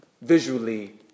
visually